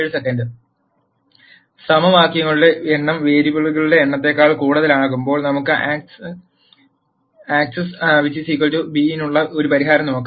സമവാക്യങ്ങളുടെ എണ്ണം വേരിയബിളുകളുടെ എണ്ണത്തേക്കാൾ കൂടുതലാകുമ്പോൾ നമുക്ക് ആക്സ് b നുള്ള ഒരു പരിഹാരം നോക്കാം